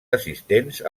assistents